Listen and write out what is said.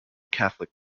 catholic